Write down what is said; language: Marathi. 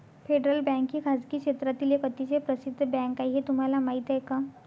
फेडरल बँक ही खासगी क्षेत्रातील एक अतिशय प्रसिद्ध बँक आहे हे तुम्हाला माहीत आहे का?